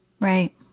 Right